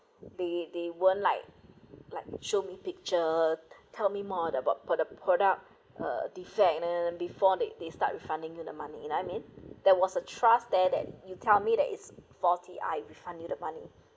they they weren't like like show me picture tell me more about for the product uh defect and then before they they start refunding with the money you know I mean there was a trust there that you tell me that it's faulty I refund you the money